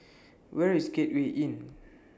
Where IS Gateway Inn